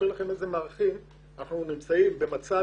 אנחנו נמצאים במצב